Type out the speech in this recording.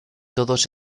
todos